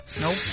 Nope